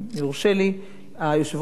היושב-ראש מאיץ בי כרגע.